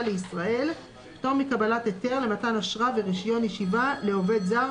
לישראל (פטור מקבלת היתר למתן אשרה ורישיון ישיבה לעובד זר